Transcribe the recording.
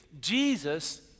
Jesus